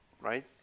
Right